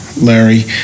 Larry